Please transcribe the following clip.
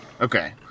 Okay